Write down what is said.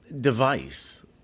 device